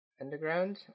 underground